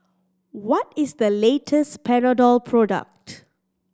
what is the latest Panadol product